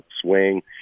swing